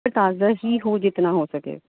تازہ ہی ہو جتنا ہو سکے